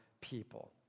people